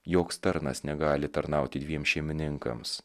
joks tarnas negali tarnauti dviem šeimininkams